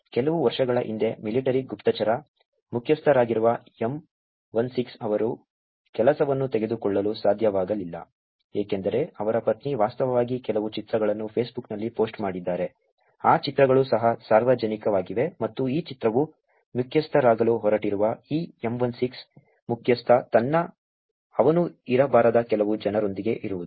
ಕೆಲವು ವರ್ಷಗಳ ಹಿಂದೆ ಮಿಲಿಟರಿ ಗುಪ್ತಚರ ಮುಖ್ಯಸ್ಥರಾಗಿರುವ MI6 ಅವರ ಕೆಲಸವನ್ನು ತೆಗೆದುಕೊಳ್ಳಲು ಸಾಧ್ಯವಾಗಲಿಲ್ಲ ಏಕೆಂದರೆ ಅವರ ಪತ್ನಿ ವಾಸ್ತವವಾಗಿ ಕೆಲವು ಚಿತ್ರಗಳನ್ನು ಫೇಸ್ಬುಕ್ನಲ್ಲಿ ಪೋಸ್ಟ್ ಮಾಡಿದ್ದಾರೆ ಆ ಚಿತ್ರಗಳು ಸಹ ಸಾರ್ವಜನಿಕವಾಗಿವೆ ಮತ್ತು ಈ ಚಿತ್ರವು ಮುಖ್ಯಸ್ಥರಾಗಲು ಹೊರಟಿರುವ ಈ MI6 ಮುಖ್ಯಸ್ಥ ತನ್ನ ಅವನು ಇರಬಾರದ ಕೆಲವು ಜನರೊಂದಿಗೆ ಇರುವುದು